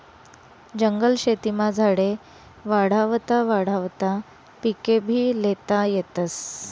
जंगल शेतीमा झाडे वाढावता वाढावता पिकेभी ल्हेता येतस